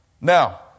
Now